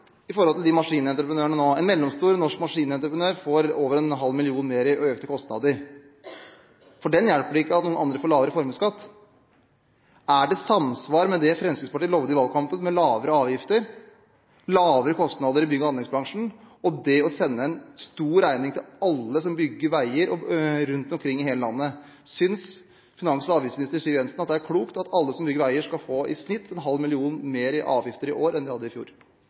maskinentreprenørene. En mellomstor norsk maskinentreprenør får over 0,5 mill. kr mer i økte kostnader. For dem hjelper det ikke at andre får lavere formuesskatt. Er det samsvar mellom det Fremskrittspartiet lovte i valgkampen – lavere avgifter, lavere kostnader i bygg- og anleggsbransjen – og det å sende en stor regning til alle som bygger veier rundt omkring i landet? Synes finans- og avgiftsminister Siv Jensen det er klokt at alle som bygger veier, i snitt skal få 0,5 mill. kr mer i avgifter i år enn det de hadde i fjor?